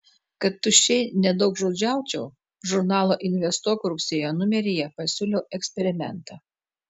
kad tuščiai nedaugžodžiaučiau žurnalo investuok rugsėjo numeryje pasiūliau eksperimentą